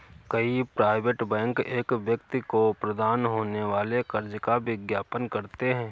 कई private bank एक व्यक्ति को प्राप्त होने वाले कर्ज का विज्ञापन करते हैं